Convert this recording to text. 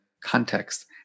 context